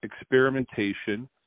experimentation